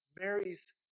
Mary's